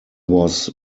was